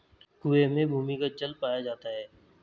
कुएं में भूमिगत जल पाया जाता है